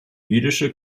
jüdische